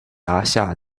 辖下